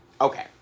Okay